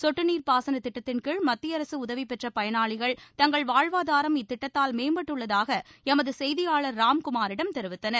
சொட்டுநீர் பாசனதிட்டத்தின்கீழ் மத்தியஅரகஉதவிபெற்றபயனாளிகள் தங்கள் வாழ்வாதாரம் இத்திட்டத்தால் மேம்பட்டுள்ளதாகஎமதுசெய்தியாளர் ராம்குமாரிடம் தெரிவித்தனர்